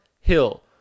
Hill